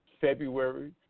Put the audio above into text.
February